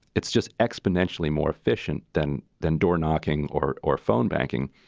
it's just exponentially more efficient than than door knocking or or phone banking.